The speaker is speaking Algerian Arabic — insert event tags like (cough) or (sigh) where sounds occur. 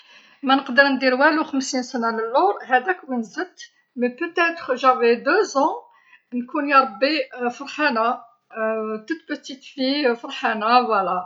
﻿ما نقدر ندير والو خمسين سنة للور هداك وين زدت، بي بوتيتر جافي دو زون نكون يا ربي (hesitation) فرحانة، توت بوتيت في (hesitation) فرحانة، فوالا.